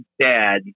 dad